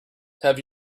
have